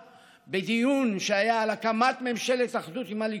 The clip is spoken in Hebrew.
בדיון שהיה על הקמת ממשלת אחדות עם הליכוד,